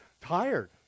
tired